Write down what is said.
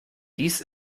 dies